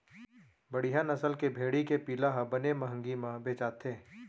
बड़िहा नसल के भेड़ी के पिला ह बने महंगी म बेचाथे